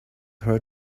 her